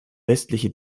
westliche